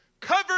covered